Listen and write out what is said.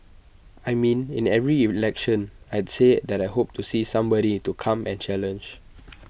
I mean in every election I'd say that I hope to see somebody to come and challenge